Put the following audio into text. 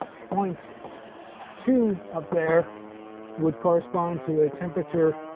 point two up there would correspond to a temperature